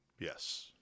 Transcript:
Yes